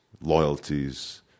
loyalties